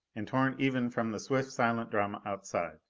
and torn even from the swift silent drama outside.